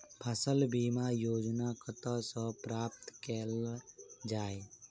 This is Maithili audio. फसल बीमा योजना कतह सऽ प्राप्त कैल जाए?